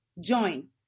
join